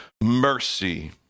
Mercy